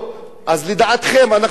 אז לידיעתכם, אנחנו עובדים.